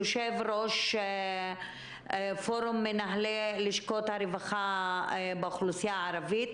יושב-ראש פורום מנהלי לשכות הרווחה באוכלוסייה הערבית,